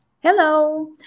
Hello